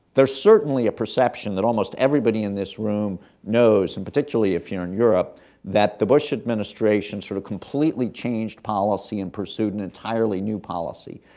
there's certainly a perception that almost everybody in this room knows and particularly if you're in europe that the bush administration sort of completely changed policy and pursued an entirely new policy.